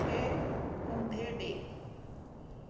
मूंखे ऊंदहि ॾे